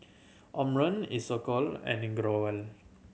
Omron Isocal and